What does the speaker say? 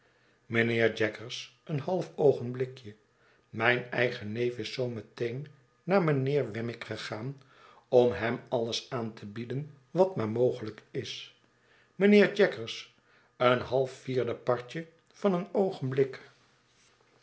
mynheer jaggers een half oogenblikje mijn eigen neef is zoo meteen naar mijnheer wemmick gegaan om hem alles aan te bieden wat maar mogelijk is mynheer jaggers een half vierdepartje van een oogenblik